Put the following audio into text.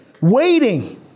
waiting